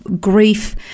grief